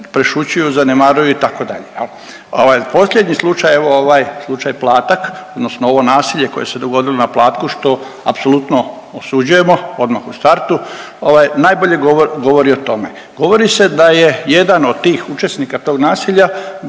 prešućuju, zanemaruju itd. Posljednji slučaj, evo ovaj slučaj Platak, odnosno ovo nasilje koje se dogodilo na Platku što apsolutno osuđujemo odmah u startu najbolje govori o tome. Govori se da je jedan od tih učesnika tog nasilja,